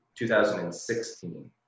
2016